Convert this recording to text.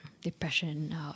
depression